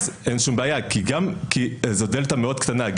אין שום בעיה, כי זו דלתא מאוד קטנה.